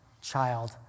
child